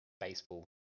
baseball